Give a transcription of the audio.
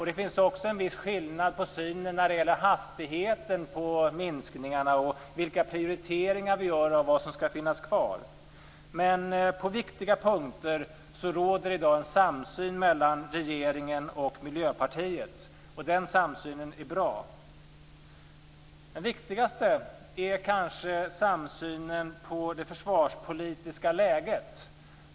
Det finns också en viss skillnad när det gäller synen på i vilken takt minskningarna skall göras och när det gäller prioriteringar av vad som skall finnas kvar. Men på viktiga punkter råder det i dag en samsyn mellan regeringen och Miljöpartiet, och den samsynen är bra. Det viktigaste är kanske samsynen när det gäller det försvarspolitiska läget.